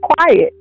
quiet